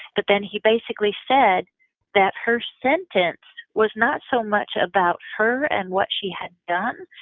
but then he basically said that her sentence was not so much about her and what she had done,